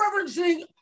referencing